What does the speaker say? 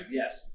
yes